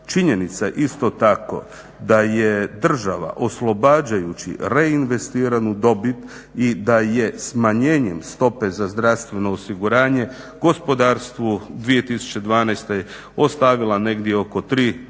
činjenica isto tako da je država oslobađajući reinvestiranu dobit i da je smanjenjem stope za zdravstveno osiguranje gospodarstvu 2012. ostavila negdje oko 3 do